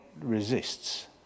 resists